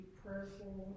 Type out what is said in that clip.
prayerful